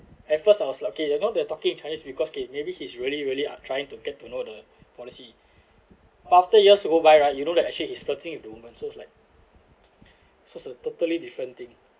at first I was lucky you know they're talking in chinese because maybe he's really really are trying to get to know the policy but after years you go by right you know that actually he's flirting with the woman so it's like so a totally different thing